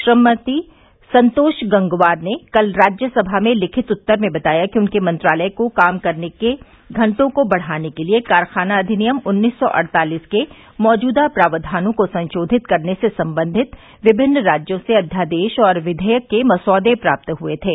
श्रम मंत्री संतोष गंगवार ने कल राज्य सभा में लिखित उत्तर में बताया कि उनके मंत्रालय को काम करने के घंटों को बढ़ाने के लिए कारखाना अधिनियम उन्नीस सौ अड़तालिस के मौजूदा प्रावधानों को संशोधित करने से संबंधित विमिन्न राज्यों से अध्यादेश और विधेयक के मसौदे प्राप्त हुए थे